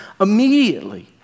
immediately